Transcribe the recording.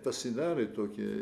pasidarai tokį